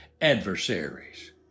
adversaries